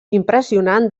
impressionant